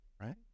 right